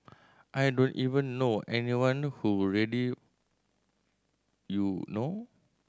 I don't even know anyone whom ready you know